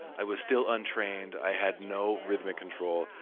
i was still untrained, i had no rhythmic control,